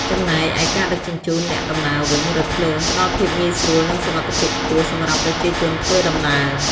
ចំណែកឯការដឹកជញ្ជូនអ្នកដំណើរវិញ រថភ្លើងផ្តល់ភាពងាយស្រួលនិងសុវត្ថិភាពខ្ពស់សម្រាប់ប្រជាជនធ្វើដំណើរ។